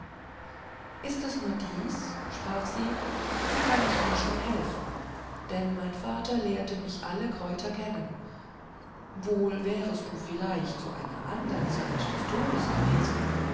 ist es nur dies sprach sie da kann ich dir schon helfen denn mein vater lehrte mich alle kräuter kennen wohl wärest du vielleicht zu einer andern zeit des todes gewesen